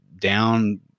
down